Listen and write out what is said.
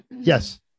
yes